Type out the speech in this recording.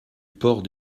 port